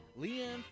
Leanne